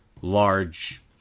large